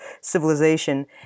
civilization